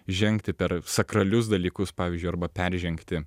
žengti per sakralius dalykus pavyzdžiui arba peržengti